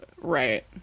right